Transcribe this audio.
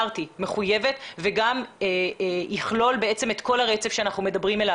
מחויבת וגם יכלול את כל הרצף עליו אנחנו מדברים,